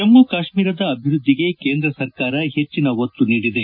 ಜಮ್ನು ಕಾಶ್ನೀರದ ಅಭಿವೃದ್ಧಿಗೆ ಕೇಂದ್ರ ಸರ್ಕಾರ ಹೆಜ್ಜಿನ ಒತ್ತು ನೀಡಿದೆ